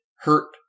hurt